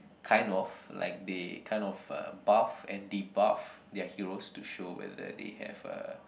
kind of like they kind of uh buff and they buff their heroes to show whether that they uh